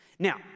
Now